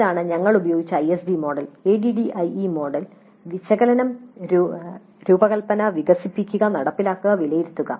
ഇതാണ് ഞങ്ങൾ ഉപയോഗിച്ച ISD മോഡൽ ADDIE മോഡൽ വിശകലനം രൂപകൽപ്പന വികസിപ്പിക്കുക നടപ്പിലാക്കുക വിലയിരുത്തുക